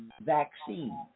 vaccine